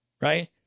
Right